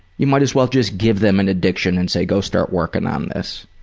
you might as well just give them an addiction and say, go start working on this.